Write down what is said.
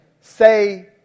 say